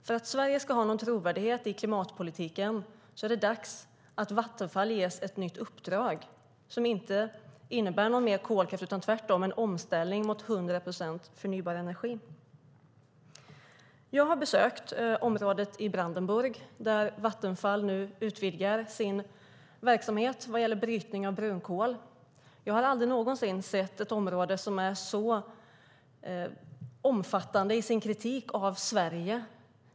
För att Sverige ska ha någon trovärdighet i klimatpolitiken är det dags att Vattenfall ges ett nytt uppdrag som inte innebär någon mer kolkraft utan tvärtom en omställning mot 100 procent förnybar energi. Jag har besökt området i Brandenburg där Vattenfall nu utvidgar sin verksamhet vad gäller brytning av brunkol. Jag har aldrig någonsin sett ett område som är så omfattande i sin kritik av Sverige.